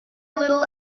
little